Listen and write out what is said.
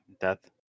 death